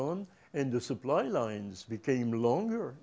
on and the supply lines became longer